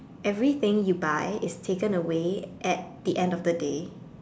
everything you buy is taken away at the end of the day